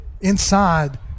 inside